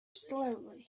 slowly